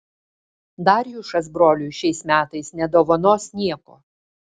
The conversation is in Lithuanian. darjušas broliui šiais metais nedovanos nieko